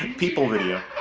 people video.